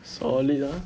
solid ah